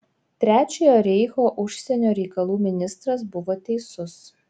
trečiojo reicho užsienio reikalų ministras buvo teisus